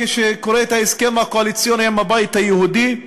כשאני קורא את ההסכם הקואליציוני עם הבית היהודי: